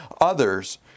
others